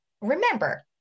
remember